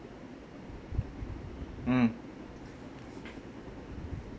mm